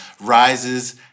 rises